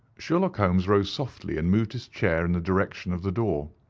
sherlock holmes rose softly and moved his chair in the direction of the door.